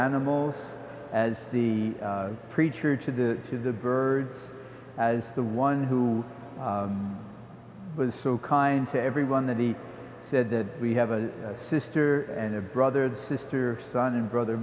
animals as the preacher to the to the birds as the one who was so kind to everyone that he said that we have a sister and brother and sister son and brother